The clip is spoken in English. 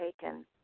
taken